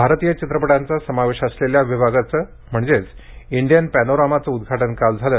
भारतीय चित्रपटांचा समावेश असलेल्या विभागाचे म्हणजे इंडियन पॅनोरमाचे उद्घाटन काल झाले